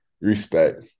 Respect